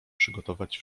przygotować